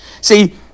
See